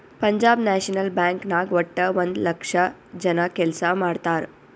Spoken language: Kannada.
ಪಂಜಾಬ್ ನ್ಯಾಷನಲ್ ಬ್ಯಾಂಕ್ ನಾಗ್ ವಟ್ಟ ಒಂದ್ ಲಕ್ಷ ಜನ ಕೆಲ್ಸಾ ಮಾಡ್ತಾರ್